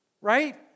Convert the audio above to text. right